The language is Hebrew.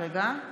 בהצבעה